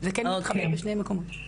זה כן מתחבר בשני מקומות.